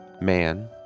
man